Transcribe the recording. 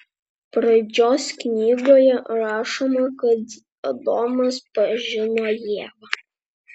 pradžios knygoje rašoma kad adomas pažino ievą